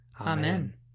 Amen